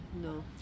No